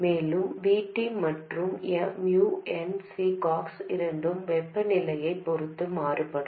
மேலும் V T மற்றும் mu n C ox இரண்டும் வெப்பநிலையைப் பொறுத்து மாறுபடும்